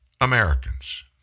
Americans